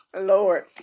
Lord